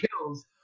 kills